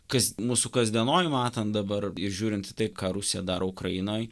kas mūsų kasdienoj matant dabar žiūrint į tai ką rusija daro ukrainoj